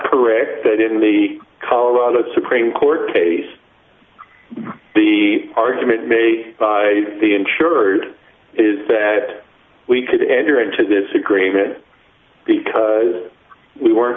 correct that in the colorado supreme court case the argument may by the insured is that we could enter into this agreement because we were